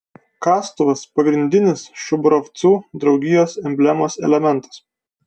kastuvas pagrindinis šubravcų draugijos emblemos elementas